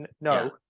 no